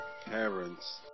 parents